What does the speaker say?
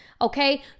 okay